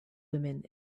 women